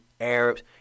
Arabs